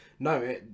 No